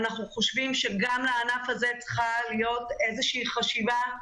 אנחנו חושבים שגם לענף הזה צריכה להיות איזו חשיבה,